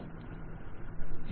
vendor